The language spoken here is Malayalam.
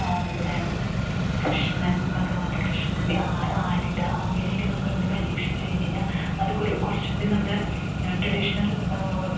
നമ്മുടെ കൃഷ്ണൻ ഭഗവാൻ്റെ കൃഷ്ണനെ ആ ആലില അങ്ങനെയൊക്കെ നമ്മൾക്ക് അങ്ങനെ പരീക്ഷിച്ചു കഴിഞ്ഞു കഴിഞ്ഞാൽ അതൊക്കൊരു കുറച്ചുംകൂടി നമ്മുടെ ട്രഡീഷണൽ